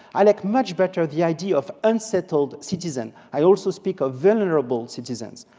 i like much better the idea of unsettled citizen. i also speak of vulnerable citizens.